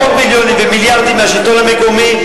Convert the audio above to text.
מאות מיליונים ומיליארדים מהשלטון המקומי.